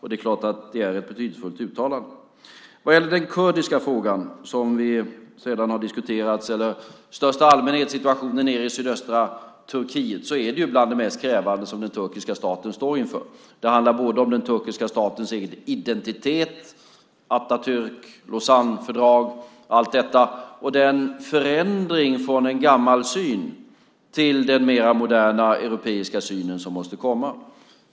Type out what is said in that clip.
Det är klart att det är ett betydelsefullt uttalande. Den kurdiska frågan, som vi redan har diskuterat, eller i största allmänhet situationen i sydöstra Turkiet hör till det mest krävande som den turkiska staten står inför. Det handlar både om den turkiska statens identitet, Atatürk, Lausannefördraget och allt detta och om den förändring från en gammal syn till den mer moderna europeiska syn som måste komma.